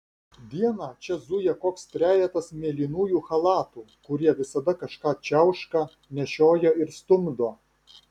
dieną čia zuja koks trejetas mėlynųjų chalatų kurie visada kažką čiauška nešioja ir stumdo